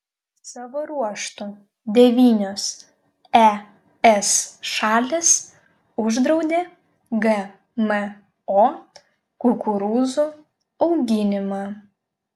savo ruožtu devynios es šalys uždraudė gmo kukurūzų auginimą